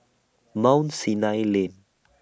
Mount Sinai Lane